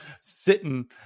sitting